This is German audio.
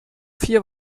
vier